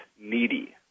needy